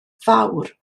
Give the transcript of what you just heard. fawr